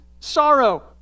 sorrow